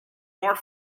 more